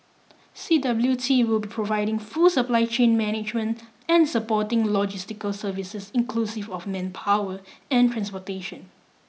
C W T will be providing full supply chain management and supporting logistical services inclusive of manpower and transportation